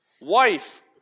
wife